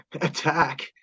attack